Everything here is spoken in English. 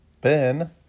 Ben